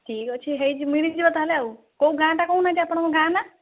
ଠିକ୍ ଅଛି ହେଇ ମିଳିଯିବ ତାହେଲେ ଆଉ କେଉଁ ଗାଁଟା କହୁନାହାଁନ୍ତି ଆପଣଙ୍କ ଗାଁ ନା